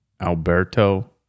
Alberto